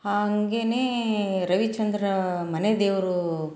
ಹಾಗೆನೇ ರವಿಚಂದ್ರನ್ ಮನೆದೇವ್ರು